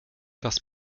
das